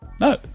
No